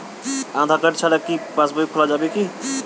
আধার card ছাড়া কি পাসবই খোলা যাবে কি?